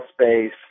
space